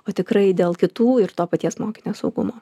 o tikrai dėl kitų ir to paties mokinio saugumo